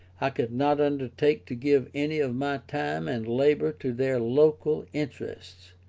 i could not undertake to give any of my time and labour to their local interests.